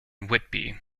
whitby